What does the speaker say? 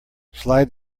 slide